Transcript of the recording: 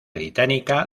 británica